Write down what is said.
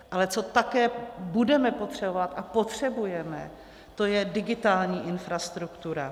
Ale co také budeme potřebovat a potřebujeme, to je digitální infrastruktura.